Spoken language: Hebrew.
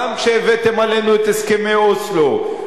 גם כשהבאתם עלינו את הסכמי אוסלו,